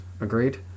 Agreed